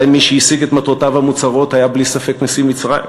אזי מי שהשיג את מטרותיו המוצהרות היה בלי ספק נשיא מצרים.